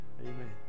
Amen